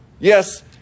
Yes